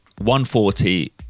140